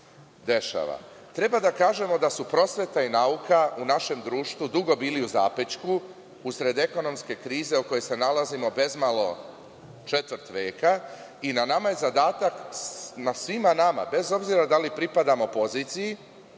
da kažemo da su prosveta i nauka u našem društvu dugo bili u zapećku, usred ekonomske krize u kojoj se nalazimo bezmalo četvrt veka i na nama je zadatak, na svima nama, bez obzira da li pripadamo poziciji